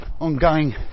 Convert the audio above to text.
ongoing